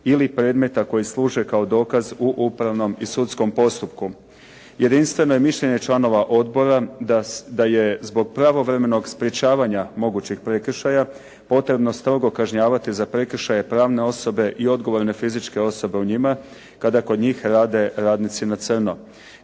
ili predmeta koji služe kao dokaz u upravnom i sudskom postupku. Jedinstveno je mišljenje članova odbora da je zbog pravovremenog sprječavanje mogućeg prekršaja potrebno strogo kažnjavati za prekršaje pravne osobe i odgovorne fizičke osobe u njima kada kod njih rade radnici "na crno".